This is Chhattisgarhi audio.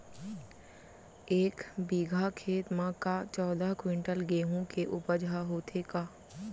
एक बीघा खेत म का चौदह क्विंटल गेहूँ के उपज ह होथे का?